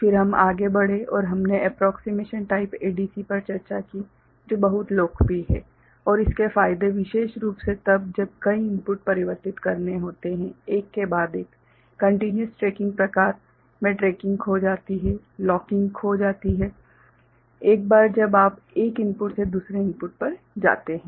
फिर हम आगे बढ़े और हमने एप्रोक्सिमेशन टाइप ADC पर चर्चा की जो बहुत लोकप्रिय है और इसके फायदे विशेष रूप से तब जब कई इनपुट परिवर्तित करने होते हैं एक के बाद एक कंटिन्युस ट्रैकिंग प्रकार में ट्रैकिंग खो जाती है लॉकिंग खो जाती है एक बार जब आप एक इनपुट से दूसरे इनपुट पर जाते है